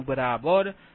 7826A320